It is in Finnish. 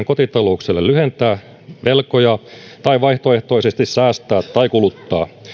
kotitalouksille mahdollisuuden lyhentää velkoja tai vaihtoehtoisesti säästää tai kuluttaa